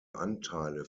anteile